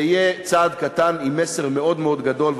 זה יהיה צעד קטן עם מסר מאוד מאוד גדול.